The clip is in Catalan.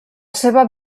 seva